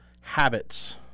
habits